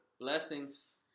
blessings